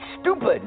stupid